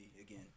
again